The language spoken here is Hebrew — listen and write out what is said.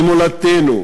במולדתנו,